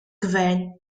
gvern